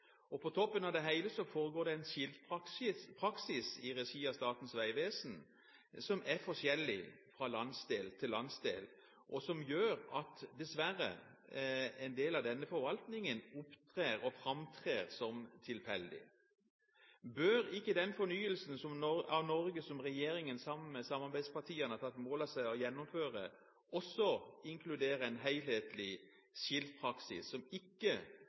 På toppen av det hele foregår det en skiltpraksis i regi av Statens vegvesen som er forskjellig fra landsdel til landsdel, noe som dessverre gjør at en del av denne forvaltningen opptrer og framtrer som tilfeldig. Bør ikke den fornyelsen av Norge som regjeringen, sammen med samarbeidspartiene, har tatt mål av seg til å gjennomføre, også inkludere en helhetlig skiltpraksis som ikke